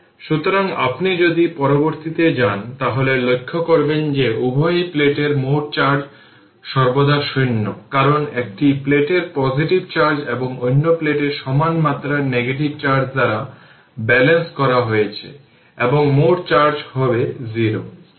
সুতরাং আপনি যদি পরবর্তীতে যান তাহলে লক্ষ্য করবেন যে উভয় প্লেটের মোট চার্জ সর্বদা শূন্য কারণ একটি প্লেটের পজিটিভ চার্জ এবং অন্য প্লেটে সমান মাত্রার নেগেটিভ চার্জ দ্বারা ব্যালেন্স করা হয়েছে সুতরাং মোট চার্জ হবে 0